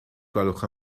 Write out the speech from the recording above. gwelwch